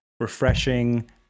Refreshing